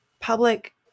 public